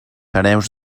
hereus